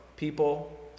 People